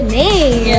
name